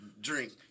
drink